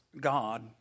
God